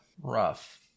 rough